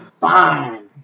fine